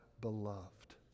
beloved